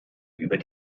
über